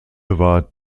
war